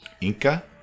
Inca